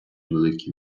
великі